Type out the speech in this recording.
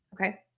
okay